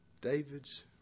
David's